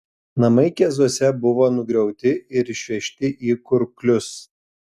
namai keziuose buvo nugriauti ir išvežti į kurklius